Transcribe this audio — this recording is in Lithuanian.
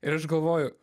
ir aš galvoju